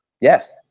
Yes